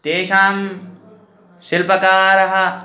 तेषां शिल्पकारः